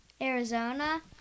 Arizona